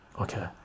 okay